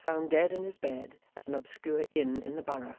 was found dead in his bed at an obscure inn in the borough,